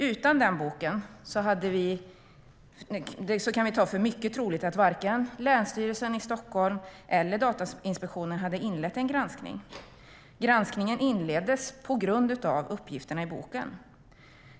Utan den boken kan vi ta för mycket troligt att varken Länsstyrelsen i Stockholms län eller Datainspektionen hade inlett en granskning. Granskningen inleddes på grund av uppgifterna i boken.